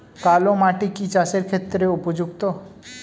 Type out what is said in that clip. কালো মাটি কি চাষের ক্ষেত্রে উপযুক্ত?